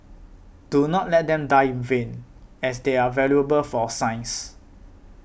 do not let them die in vain as they are valuable for science